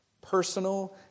personal